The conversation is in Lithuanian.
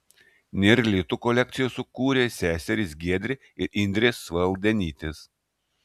nėr litų kolekciją sukūrė seserys giedrė ir indrė svaldenytės